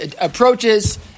approaches